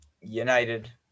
United